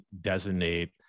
designate